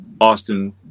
austin